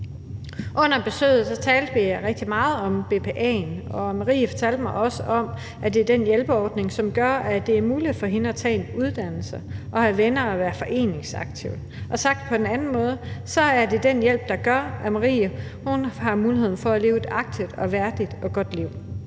Under besøget talte vi rigtig meget om BPA'en, og Marie fortalte mig også om, at det er den hjælperordning, som gør, at det er muligt for hende at tage en uddannelse og have venner og være foreningsaktiv. Sagt på en anden måde er det den hjælp, der gør, at Marie har muligheden for at leve et aktivt og værdigt og godt liv.